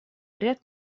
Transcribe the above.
ряд